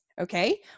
Okay